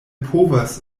povas